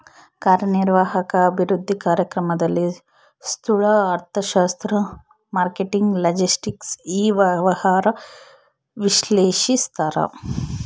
ಕಾರ್ಯನಿರ್ವಾಹಕ ಅಭಿವೃದ್ಧಿ ಕಾರ್ಯಕ್ರಮದಲ್ಲಿ ಸ್ತೂಲ ಅರ್ಥಶಾಸ್ತ್ರ ಮಾರ್ಕೆಟಿಂಗ್ ಲಾಜೆಸ್ಟಿಕ್ ಇ ವ್ಯವಹಾರ ವಿಶ್ಲೇಷಿಸ್ತಾರ